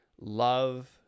love